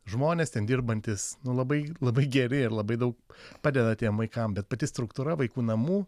žmonės ten dirbantys nu labai labai geri ir labai daug padeda tiem vaikam bet pati struktūra vaikų namų